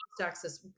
access